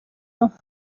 بحث